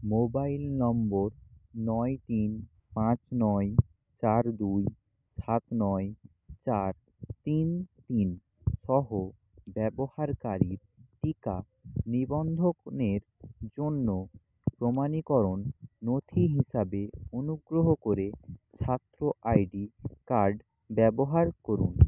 mobile নম্বর নয় তিন পাঁচ নয় চার দুই সাত নয় চার তিন তিন সহ ব্যবহারকারীর টিকা নিবন্ধকনের জন্য প্রমাণীকরণ নথি হিসাবে অনুগ্রহ করে ছাত্র আইডি কার্ড ব্যবহার করুন